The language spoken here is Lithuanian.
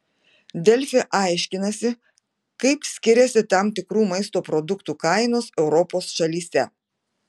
delfi aiškinasi kaip skiriasi tam tikrų maisto produktų kainos europos šalyse